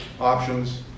options